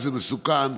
זה מסוכן,